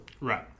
Right